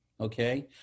Okay